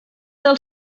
del